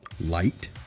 light